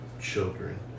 children